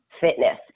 fitness